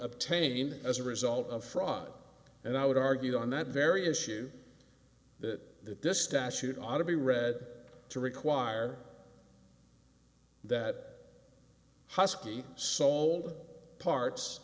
obtain as a result of fraud and i would argue on that very issue that that this statute ought to be read to require that husky sold parts